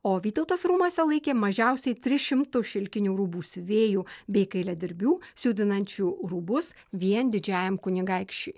o vytautas rūmuose laikė mažiausiai tris šimtus šilkinių rūbų siuvėjų bei kailiadirbių siutinančių rūbus vien didžiajam kunigaikščiui